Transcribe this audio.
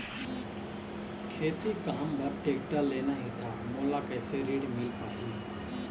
खेती काम बर टेक्टर लेना ही त मोला कैसे ऋण मिल पाही?